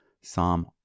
Psalm